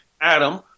Adam